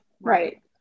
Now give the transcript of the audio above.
Right